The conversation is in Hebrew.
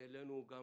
העלינו גם